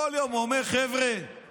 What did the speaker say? תזכיר מה עשיתם לבגין.